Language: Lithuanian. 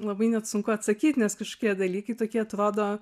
labai net sunku atsakyt nes kažkokie dalykai tokie atrodo